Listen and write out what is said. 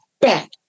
back